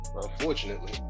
unfortunately